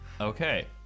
Okay